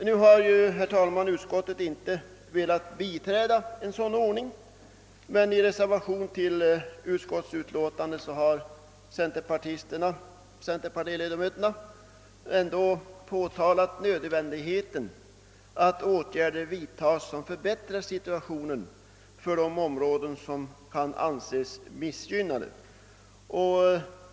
Nu har utskottet inte velat biträda en sådan ordning, men i en reservation har centerpartiledamöterna i utskottet påtalat nödvändigheten av att åtgärder vidtas som förbättrar situationen för de områden som kan anses missgynnade.